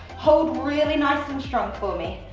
hold really nice and strong for me!